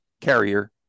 carrier